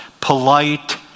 polite